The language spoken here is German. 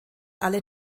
alle